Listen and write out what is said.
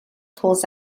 pulls